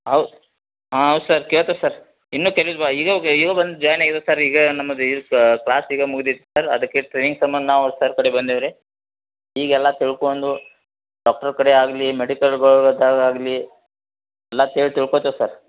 ಔ ಹಾಂ ಹೌದು ಸರ್ ಕೇಳ್ತೆ ಸರ್ ಇನ್ನು ಕೇಳಿಲ್ವ ಈಗ ಹೋಗೆ ಈಗ ಬಂದು ಜಾಯ್ನ್ ಆಗಿದ್ದು ಸರ್ ಈಗ ನಮ್ದು ಕ್ಲಾಸ್ ಈಗ ಮುಗ್ದಿತ್ತು ಸರ್ ಅದಕ್ಕೆ ಟ್ರೈನಿಂಗ್ ಸಂಬಂಧ ನಾವು ಸರ್ ಕಡೆ ಬಂದೀವ್ರಿ ಈಗ ಎಲ್ಲ ತಿಲ್ಕೊಂದು ಡಾಕ್ಟರ್ ಕಡೆ ಆಗಲಿ ಮೆಡಿಕಲ್ಗೋಗೊದದಾಗಲಿ ಎಲ್ಲ ಕೇಳಿ ತಿಳ್ಕೊತೆವೆ ಸರ್